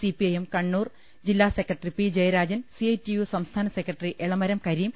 CP IM Kannur ജില്ലാ secretary P Jayarajan C I T U സംസ്ഥാന secretary Elamaram Kareem